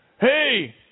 Hey